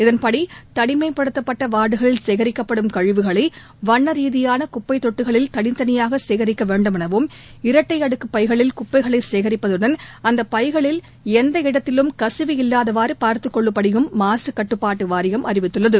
இதன்படி தனிமைப்படுத்தப்பட்ட வார்டுகளில் சேகரிக்கப்படும் கழிவுகளை வண்ண ரீதியான குப்பை தொட்டிகளில் தனித்தனியாக சேகரிக்க வேண்டுமெனவும் இரட்டை அடுக்கு பைகளில் குப்பைகளை சேகிப்பதுடன் அந்த பைகளில் எந்த இடத்திலும் கசிவு இல்லாதவாறு பார்த்துக் கொள்ளும்படியும் மத்திய மாசு கட்டுப்பாட்டு வாரியம் அறிவித்துள்ளது